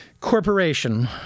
corporation